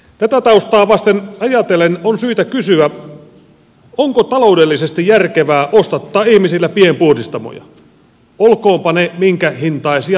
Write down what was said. tätä taustaa vasten ajatellen on syytä kysyä onko taloudellisesti järkevää ostattaa ihmisillä pienpuhdistamoja olkootpa ne minkä hintaisia tahansa